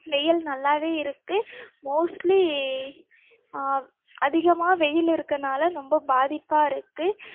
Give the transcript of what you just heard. வெயில் நல்லா இருக்கு மோஸ்ட்லி அதிகமாக வெயில் இருக்கனால ரொம்ப பாதிப்பாக இருக்கு